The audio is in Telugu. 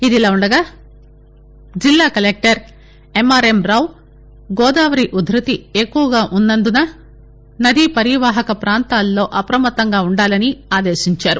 ఇదిలా ఉ ండగా జిల్లా కలెక్టర్ ఎంఆర్ఎం రావు గోదావరి ఉధ్భతి ఎక్కువగా ఉన్నందున నది పరివాహక ప్రాంతాలలో అప్రమత్తంగా ఉండాలని ఆదేశించారు